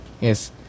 yes